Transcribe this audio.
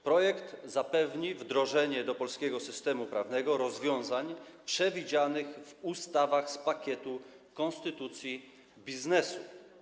Projekt zapewni wdrożenie do polskiego systemu prawnego rozwiązań przewidzianych w ustawach z pakietu konstytucji biznesu.